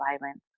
violence